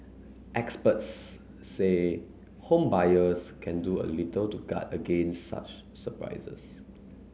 experts say home buyers can do a little to guard against such surprises